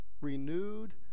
renewed